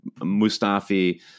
Mustafi